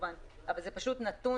זה נתון